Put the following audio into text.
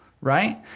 right